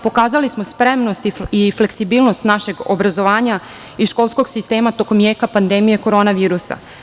Pokazali smo spremnost i fleksibilnost našeg obrazovanja i školskog sistema tokom jeka pandemije korona virusa.